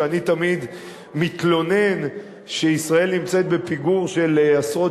אני תמיד מתלונן שישראל נמצאת בפיגור של עשרות